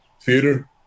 theater